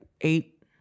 eight